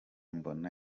mbona